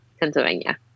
Pennsylvania